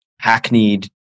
hackneyed